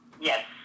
Yes